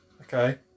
Okay